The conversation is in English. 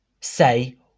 say